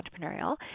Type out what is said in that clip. entrepreneurial